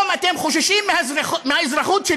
אומרים לכלל האזרחים: